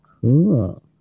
cool